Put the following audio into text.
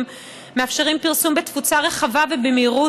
המאפשרים פרסום ובתפוצה רחבה ובמהירות,